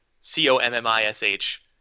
C-O-M-M-I-S-H